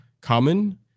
common